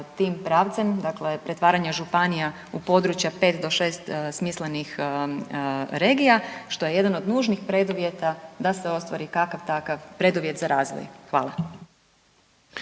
tim pravcem, dakle pretvaranja županija u područja 5 do 6 smislenih regija, što je jedan od nužnih preduvjeta da se ostvari kakav takav preduvjet za razvoj. Hvala.